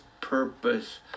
purpose